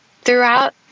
throughout